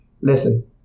listen